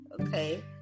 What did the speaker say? Okay